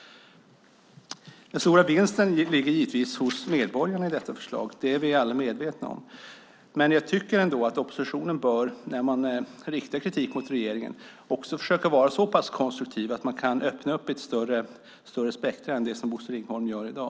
Den stora vinsten blir givetvis till medborgarna, det är vi alla medvetna om. Jag tycker ändå att oppositionen bör, när man riktar kritik mot regeringen, försöka vara så pass konstruktiv att man kan öppna ett större spektrum än det Bosse Ringholm gör i dag.